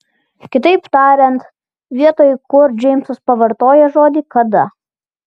kitaip tariant vietoj kur džeimsas pavartojo žodį kada